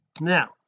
now